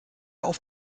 auf